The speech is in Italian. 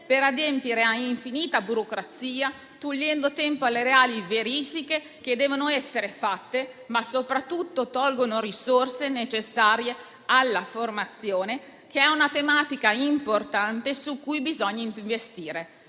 per adempiere a infinita burocrazia, togliendo in tal modo tempo alle reali verifiche che devono essere fatte e sottraendo risorse necessarie alla formazione, che è una tematica importante su cui bisogna investire.